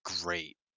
great